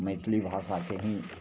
मैथिली भाषाकेँ ही